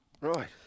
Right